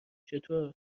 چطور